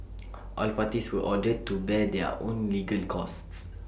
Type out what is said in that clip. all parties were ordered to bear their own legal costs